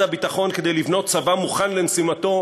הביטחון כדי לבנות צבא מוכן למשימתו,